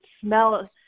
smell